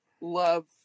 love